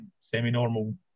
semi-normal